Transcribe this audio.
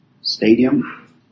stadium